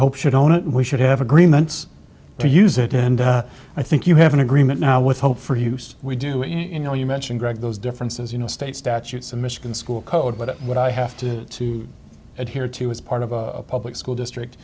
hope should own it and we should have agreements to use it and i think you have an agreement now with hope for use we do you know you mentioned greg those differences you know state statutes in michigan school code but what i have to adhere to is part of a public school district